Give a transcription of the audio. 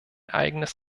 eigenes